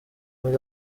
muri